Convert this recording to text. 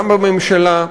גם בממשלה,